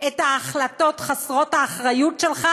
את ההחלטות חסרות האחריות שלך,